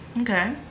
Okay